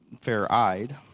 fair-eyed